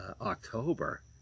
october